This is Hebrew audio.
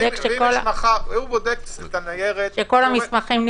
הוא בודק את הניירת, שהמסמכים,